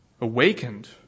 awakened